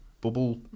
bubble